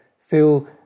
feel